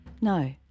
no